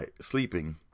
sleeping